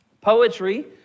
Poetry